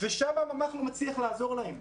ושם הממ"ח לא מצליח לעזור להם.